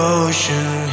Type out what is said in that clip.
ocean